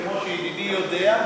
כמו שידידי יודע,